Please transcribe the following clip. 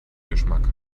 geschmack